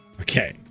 Okay